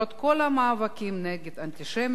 למרות כל המאבקים נגד האנטישמיות,